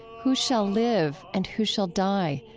who shall live and who shall die?